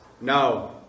No